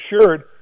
assured